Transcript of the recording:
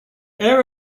heir